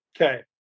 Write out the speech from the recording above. Okay